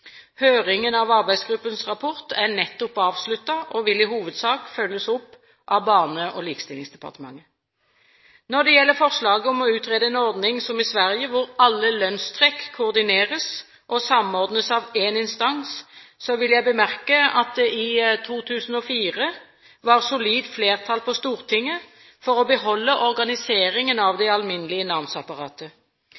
Høringen om arbeidsgruppens rapport er nettopp avsluttet og vil i hovedsak følges opp av Barne- og likestillingsdepartementet. Når det så gjelder forslaget om å utrede en ordning som i Sverige, hvor alle lønnstrekk koordineres og samordnes av én instans, vil jeg bemerke at det i 2004 var solid flertall på Stortinget for å beholde organiseringen av